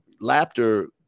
laughter